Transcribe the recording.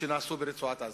שנעשו ברצועת-עזה.